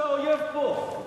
בזמן שהאויב פה.